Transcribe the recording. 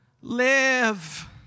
Live